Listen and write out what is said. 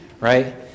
right